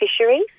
fisheries